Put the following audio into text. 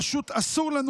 פשוט אסור לנו,